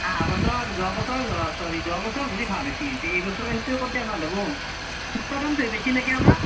আহা বছৰ যোৱা বছৰ চ'ৰি যোৱা বছৰ যদি ভাল হৈছে তে এই বছৰ সেইটোৱে কৰি দিয়া ভাল হ'ব উৎপাদনটোহে বেছি লাগে আমাক